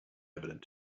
evident